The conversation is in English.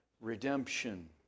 redemption